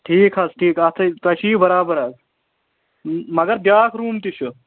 ٹھیٖک حظ ٹھیٖک اَتھ ہَے تۄہہِ چھُ یہِ برابر حظ مگر بیٛاکھ روٗم تہِ چھُ